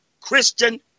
Christian